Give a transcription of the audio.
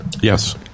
Yes